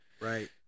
Right